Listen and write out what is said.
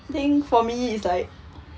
think for me is like